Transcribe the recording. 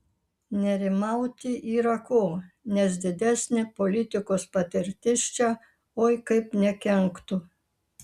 nerimauti yra ko nes didesnė politikos patirtis čia oi kaip nekenktų